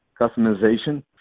customization